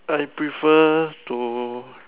I prefer to